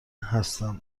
هستم